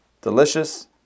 Delicious